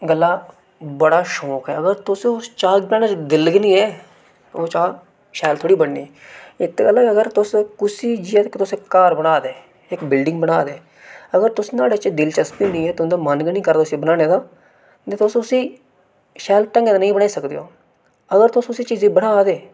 गल्ला बड़ा शौक ऐ अगर तुसे उस्स चाऽह् गी बनाने दा दिल गै नेईं ऐ ओह् चाय शैल थोड़ी बननी इत्त गल्ला कि अगर तुस कुसी जे तक्कर तुस घर बनादे इक बिलडिंग बना दे अगर तुस नुआड़े च दिलचस्पी नेई ऐ तुं'दा मन गै नेई ऐ उसी बनाने दा ते तुस उसी शैल ढंगै दा नेईं बनाई सकदे हो अगर तुस उस्सी चीज़ा गी बना दे